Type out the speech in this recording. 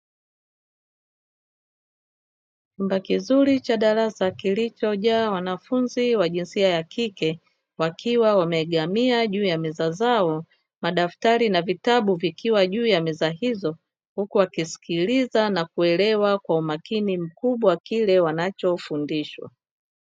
Chumba kizuri cha darasa kilichojaa wanafunzi wa jinsia ya kike, wakiwa wameegamia juu ya meza zao, madaftari na vitabu vikiwa juu ya meza hizo, huku wakisikiliza na kuelewa kwa umakini mkubwa kile wanachofundishwa.